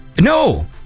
No